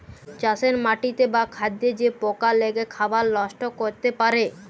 চাষের মাটিতে বা খাদ্যে যে পকা লেগে খাবার লষ্ট ক্যরতে পারে